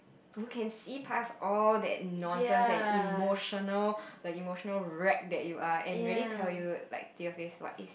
you can see past all that nonsense and emotional like emotional wreck that you are and really tell you like your face is what is